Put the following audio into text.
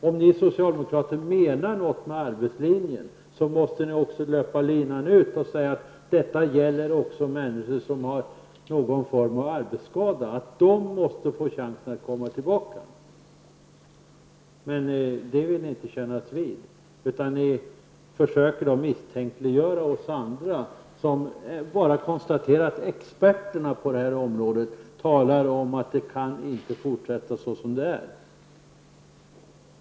Om ni socialdemokraterna menat något med arbetslinjen, så måste ni löpa linan ut och säga att detta också gäller människor som har någon form av arbetsskada; de måste få chansen att komma tillbaka. Men det vill ni inte kännas vid, utan ni försöker misstänkliggöra oss andra, som bara konstaterar att experterna på det här området talar om att det inte kan fortsätta såsom det nu är.